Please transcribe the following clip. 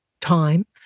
time